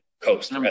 coast